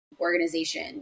organization